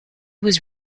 was